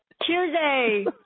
Tuesday